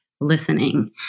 listening